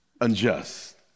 unjust